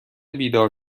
بیدار